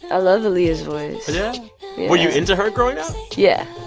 ah love aaliyah's voice yeah yeah were you into her growing up? yeah.